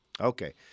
okay